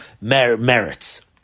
merits